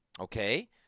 Okay